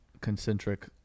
concentric